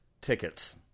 tickets